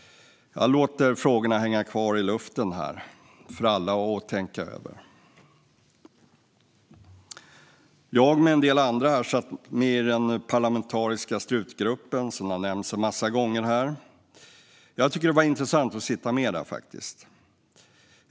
Jag låter frågorna hänga kvar i luften här, för alla att tänka över. Jag och en del andra här satt med i den parlamentariska Strut-gruppen, som har nämnts en massa gånger här. Det var intressant att sitta med där, faktiskt.